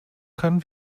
kann